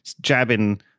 jabbing